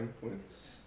points